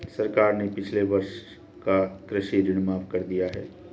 सरकार ने पिछले वर्ष का कृषि ऋण माफ़ कर दिया है